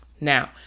Now